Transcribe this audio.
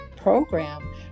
program